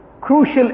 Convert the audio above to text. crucial